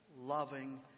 loving